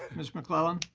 ms. mcclellan.